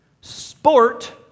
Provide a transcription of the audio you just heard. sport